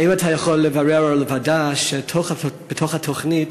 האם אתה יכול לברר עם הוועדה אם בתוך התוכנית